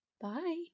bye